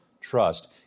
trust